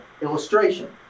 illustration